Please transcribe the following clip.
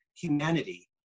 humanity